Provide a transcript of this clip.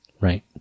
Right